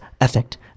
effect